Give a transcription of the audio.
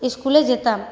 ইস্কুলে যেতাম